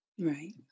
Right